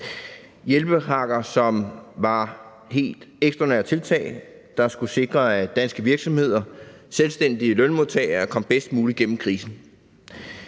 hjælpepakker, som var helt ekstraordinære tiltag, der skulle sikre, at danske virksomheder, selvstændige og lønmodtagere kom bedst muligt igennem krisen.